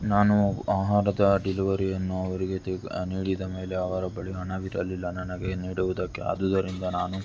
ನಾನು ಆಹಾರದ ಡೆಲವರಿಯನ್ನು ಅವರಿಗೆ ನೀಡಿದ ಮೇಲೆ ಅವರ ಬಳಿ ಹಣವಿರಲಿಲ್ಲ ನನಗೆ ನೀಡುವುದಕ್ಕೆ ಆದುದರಿಂದ ನಾನು